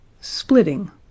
Splitting